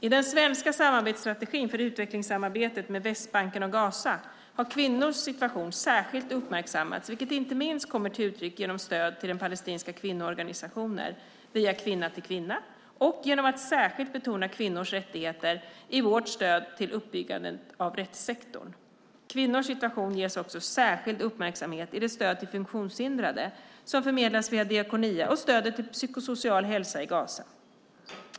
I den svenska samarbetsstrategin för utvecklingssamarbetet med Västbanken och Gaza har kvinnors situation särskilt uppmärksammats, vilket inte minst kommer till uttryck genom stöd till palestinska kvinnoorganisationer via Kvinna-till-Kvinna, och genom att särskilt betona kvinnors rättigheter i vårt stöd till uppbyggnaden av rättssektorn. Kvinnors situation ges också särskild uppmärksamhet i det stöd till funktionshindrade som förmedlas via Diakonia och stödet till psykosocial hälsa i Gaza.